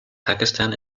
pakistan